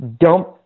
dump